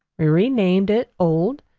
we renamed it old,